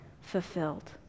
fulfilled